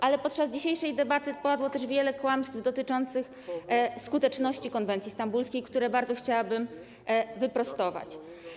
Ale podczas dzisiejszej debaty padło też wiele kłamstw dotyczących skuteczności konwencji stambulskiej, które bardzo chciałabym wyprostować.